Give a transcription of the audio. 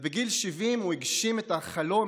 בגיל 70 הוא הגשים את החלום,